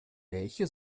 welche